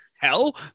Hell